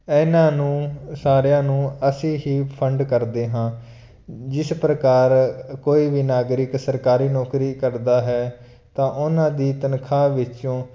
ਇਹਨਾਂ ਨੂੰ ਸਾਰਿਆਂ ਨੂੰ ਅਸੀਂ ਹੀ ਫੰਡ ਕਰਦੇ ਹਾਂ ਜਿਸ ਪ੍ਰਕਾਰ ਕੋਈ ਵੀ ਨਾਗਰਿਕ ਸਰਕਾਰੀ ਨੌਕਰੀ ਕਰਦਾ ਹੈ ਤਾਂ ਉਹਨਾਂ ਦੀ ਤਨਖਾਹ ਵਿੱਚੋਂ